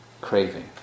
craving